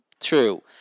True